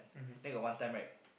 then got one time right